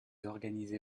organisez